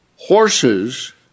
Horses